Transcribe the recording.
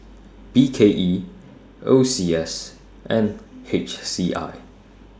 B K E O C S and H C I